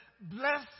bless